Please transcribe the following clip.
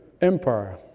Empire